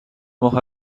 ماه